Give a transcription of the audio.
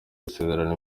gusezerana